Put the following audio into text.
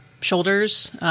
shoulders –